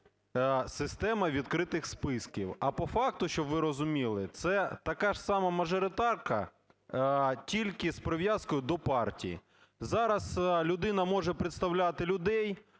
система відкритих списків. А по факту, щоб ви розуміли, це така ж сама мажоритарка, тільки з прив'язкою до партії. Зараз людина може представляти людей,